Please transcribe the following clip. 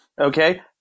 Okay